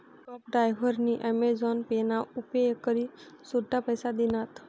cab डायव्हरनी Amazon पे ना उपेग करी सुट्टा पैसा दिनात